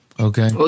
Okay